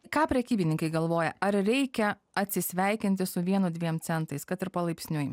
ką prekybininkai galvoja ar reikia atsisveikinti su vienu dviem centais kad ir palaipsniui